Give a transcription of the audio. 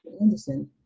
Anderson